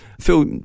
Phil